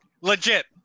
Legit